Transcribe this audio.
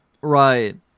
Right